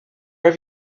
have